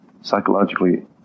Psychologically